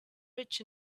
rich